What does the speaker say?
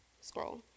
scroll